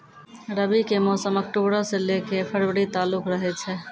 रबी के मौसम अक्टूबरो से लै के फरवरी तालुक रहै छै